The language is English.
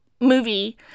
movie